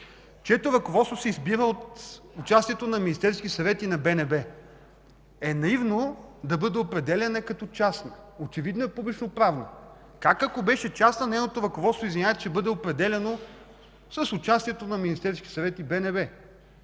чието ръководство се избира от участието на Министерския съвет и БНБ, наивно е да бъде определяна като частна. Очевидно е публичноправна. Ако беше частна, как нейното ръководство ще бъде определяно с участието на Министерския съвет и БНБ?!